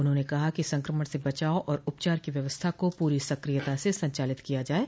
उन्होंने कहा है कि संक्रमण से बचाव और उपचार की व्यवस्था को पूरी सक्रियता से संचालित किया जाये